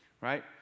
right